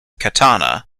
katana